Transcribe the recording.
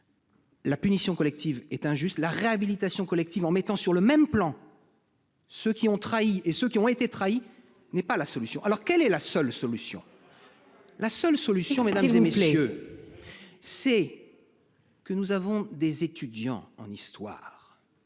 La punition collective est injuste la réhabilitation collective en mettant sur le même plan. Ceux qui ont trahi et ceux qui ont été trahis, n'est pas la solution. Alors quelle est la seule solution. La seule solution. Mais si vous aimez les. C'est. Que nous avons des étudiants en histoire.